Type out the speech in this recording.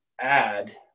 add